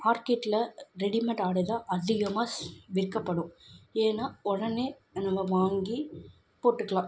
மார்க்கெட்டில் ரெடிமேட் ஆடை தான் அதிகமாக விற்கப்படும் ஏன்னா உடனே நம்ம வாங்கி போட்டுக்கலாம்